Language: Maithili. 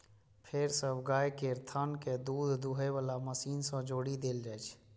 फेर सब गाय केर थन कें दूध दुहै बला मशीन सं जोड़ि देल जाइ छै